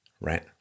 right